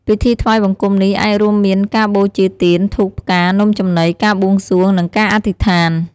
ពិធីថ្វាយបង្គំនេះអាចរួមមានការបូជា ទៀន ធូប ផ្កា នំចំណី ការបួងសួង និងការអធិដ្ឋាន។